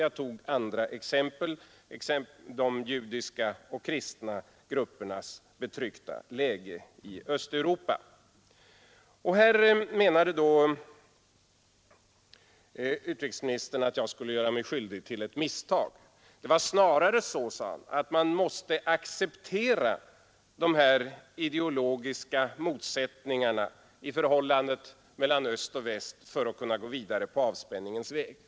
Jag tog konkreta exempel: de judiska och kristna gruppernas betryckta läge i Östeuropa. Här menade då utrikesministern att jag skulle göra mig skyldig till ett misstag. Det var snarare så, sade han, att man måste acceptera de ideologiska motsättningarna i förhållandet mellan öst och väst för att kunna gå vidare på avspänningens väg.